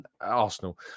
Arsenal